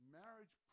marriage